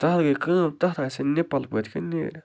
تَتھ گٔے کٲم تَتھ آیہِ سَہ نِپل پٔتۍ کنۍ نیٖرِتھ